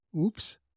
Oops